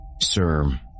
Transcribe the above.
Sir